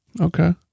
Okay